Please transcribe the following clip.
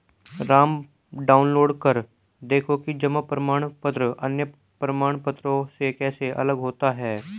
Ram download कर देखो कि जमा प्रमाण पत्र अन्य प्रमाण पत्रों से कैसे अलग होता है?